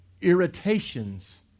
irritations